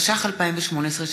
התשע"ח 2018,